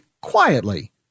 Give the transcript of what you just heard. quietly